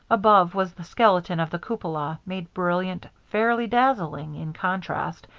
above was the skeleton of the cupola, made brilliant, fairly dazzling, in contrast,